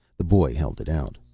the boy held it out.